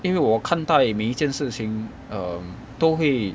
因为我看待每一件事情 um 都会